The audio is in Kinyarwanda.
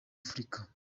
afurika